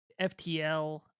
FTL